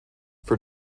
for